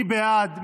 מי בעד?